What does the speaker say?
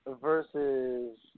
versus